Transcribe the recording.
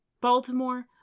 Baltimore